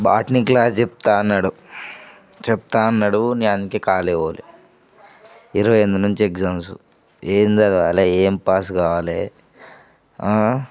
botany class చెప్తా అన్నాడు చెప్తా అన్నాడు అందుకే కాలేజికి పోలేదు ఇరవైఎనిమిది నుంచి ఎగ్జామ్స్ ఏం చదవాలి ఏం పాస్ కావాలి